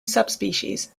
subspecies